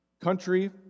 country